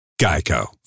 Geico